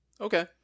Okay